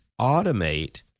automate